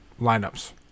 lineups